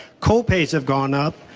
copays has gone up,